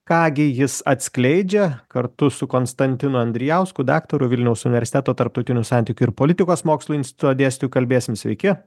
ką gi jis atskleidžia kartu su konstantinu andrijausku daktaru vilniaus universiteto tarptautinių santykių ir politikos mokslų instituto dėstytoju kalbėsim sveiki